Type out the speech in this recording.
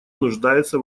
нуждается